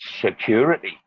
security